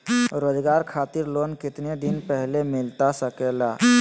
रोजगार खातिर लोन कितने दिन पहले मिलता सके ला?